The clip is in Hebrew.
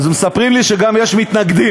אז מספרים לי שיש גם מתנגדים,